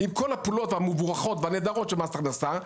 עם כל הפעולות המבורכות והנהדרות של מס הכנסה,